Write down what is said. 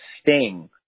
Sting